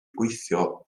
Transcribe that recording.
gweithio